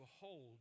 behold